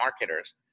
marketers